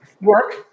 work